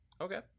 Okay